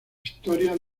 historia